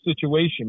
situation